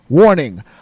Warning